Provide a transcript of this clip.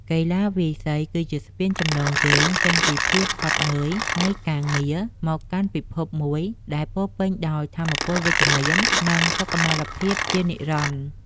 កីឡាវាយសី គឺជាស្ពានចម្លងយើងចេញពីភាពហត់នឿយនៃការងារ មកកាន់ពិភពមួយដែលពោរពេញដោយថាមពលវិជ្ជមាន និងសុខុមាលភាពជានិរន្តរ៍។